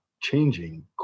changing